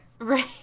Right